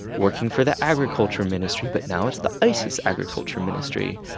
working for the agriculture ministry, but now it's the isis agriculture ministry,